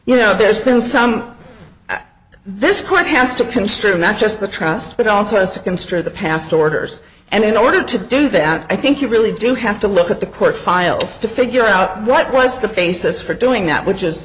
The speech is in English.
you know there's been some this quite has to construe not just the trust but also has to construe the past orders and in order to do that i think you really do have to look at the court files to figure out what was the basis for doing that which is